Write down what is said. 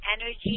energy